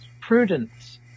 prudence